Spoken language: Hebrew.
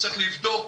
צריך לבדוק,